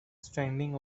standing